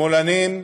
שמאלנים,